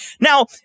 Now